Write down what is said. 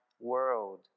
world